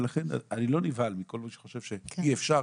ולכן אני לא נבהל מכל מי שחושב אי אפשר.